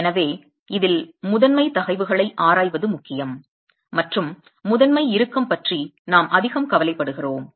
எனவே இதில் முதன்மை தகைவுகளை ஆராய்வது முக்கியம் மற்றும் முதன்மை இறுக்கம் பற்றி நாம் அதிகம் கவலைப்படுகிறோம்